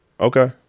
Okay